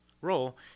role